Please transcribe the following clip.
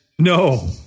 No